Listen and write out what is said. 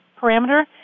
parameter